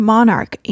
Monarch